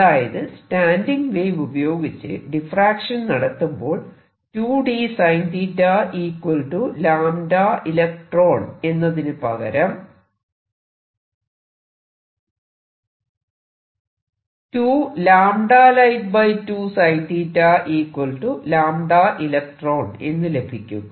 അതായത് standing wave ഉപയോഗിച്ച് diffraction നടത്തുമ്പോൾ 2 d sinelectrons എന്നതിനു പകരം എന്ന് ലഭിക്കും